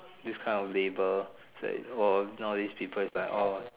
this kind of labour is like oh nowadays people be like orh